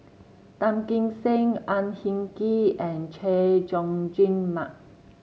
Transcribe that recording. Tan Kim Seng Ang Hin Kee and Chay Jung Jun Mark